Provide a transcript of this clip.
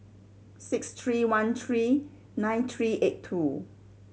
six three one three nine three eight two